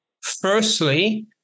Firstly